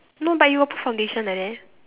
no but you got put foundation like that